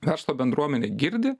verslo bendruomenė girdi